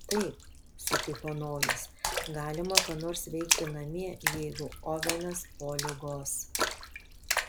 taip sutiko nojus galima ką nors veikti namie jeigu ovenas po ligos